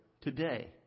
today